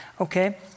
Okay